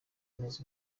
neza